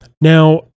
Now